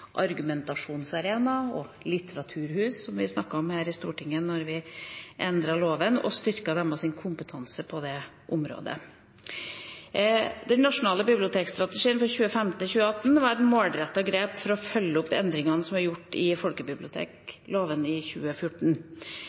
argumentasjonsarena og som litteraturhus, som vi snakket om her på Stortinget da vi endret loven og styrket kompetansen deres på det området. Den nasjonale bibliotekstrategien for 2015–2018 var et målrettet grep for å følge opp endringene som ble gjort i folkebibliotekloven i 2014.